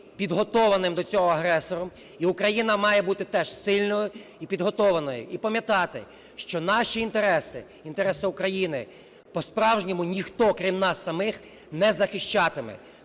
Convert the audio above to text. підготованим до цього агресором, і Україна має бути теж сильною і підготованою. І пам'ятати, що наші інтереси, інтереси України, по-справжньому ніхто, крім нас самих, не захищатиме.